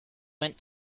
went